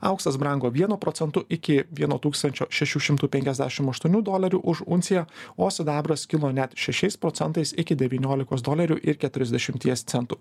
auksas brango vienu procentu iki vieno tūkstančio šešių šimtų penkiasdešim aštuonių dolerių už unciją o sidabras kilo net šešiais procentais iki devyniolikos dolerių ir keturiasdešimties centų